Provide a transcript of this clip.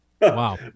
Wow